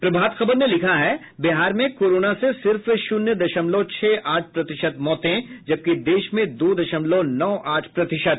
प्रभात खबर ने लिखा है बिहार में कोरोना से सिर्फ शून्य दशमलव छह आठ प्रतिशत मौतें जबकि देश में दो दशमलव नौ आठ प्रतिशत